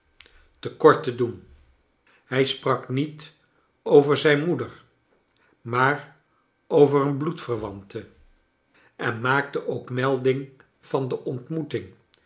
te kort te doen hij sprak niet over zij n moeder maar over een bloedverwante en maakte ook melding van de ontmoeting